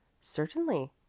Certainly